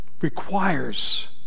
requires